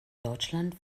deutschland